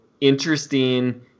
interesting